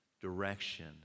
direction